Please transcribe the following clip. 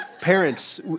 Parents